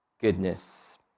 goodness